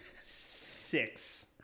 Six